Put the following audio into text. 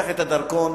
הדרכון